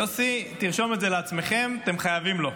יוסי, תרשום את זה לעצמכם, אתם חייבים לו.